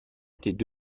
étaient